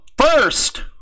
first